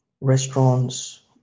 restaurants